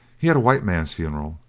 he had a white man's funeral,